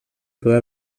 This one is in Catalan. poder